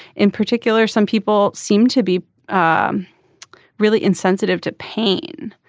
in particular some people seem to be um really insensitive to pain.